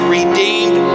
redeemed